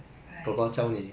哎